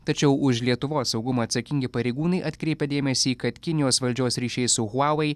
tačiau už lietuvos saugumą atsakingi pareigūnai atkreipė dėmesį kad kinijos valdžios ryšiai su huavei